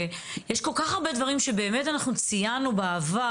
יש כל כך הרבה דברים שבאמת אנחנו ציינו בעבר,